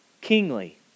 kingly